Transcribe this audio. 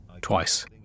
Twice